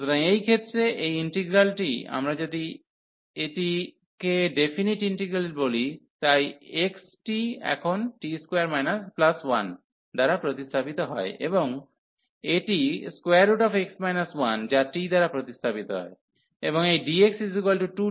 সুতরাং এই ক্ষেত্রে এই ইন্টিগ্রালটি আমরা যদি এটিক ডেফিনিট ইন্টিগ্রাল বলি তাই x টি এখন t21 দ্বারা প্রতিস্থাপিত হয় এবং এটি x 1 যা t দ্বারা প্রতিস্থাপিত হয় এবং এই dx2t dt